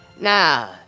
Now